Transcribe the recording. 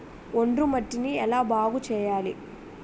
ఒండ్రు మట్టిని ఎలా బాగుంది చేయాలి?